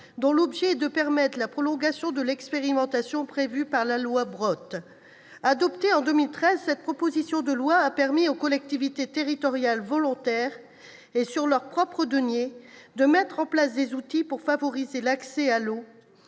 dont l'objet est de permettre la prolongation de l'expérimentation prévue par la loi Brottes. Adoptée en 2013, cette loi d'origine parlementaire a permis aux collectivités territoriales volontaires, sur leurs propres deniers, de mettre en place des outils pour favoriser l'accès à l'eau